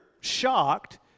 shocked